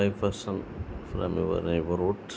I first some from your roots